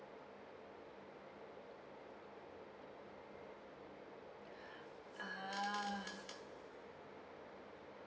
ah